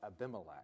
Abimelech